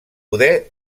poder